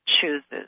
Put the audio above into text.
chooses